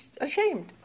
ashamed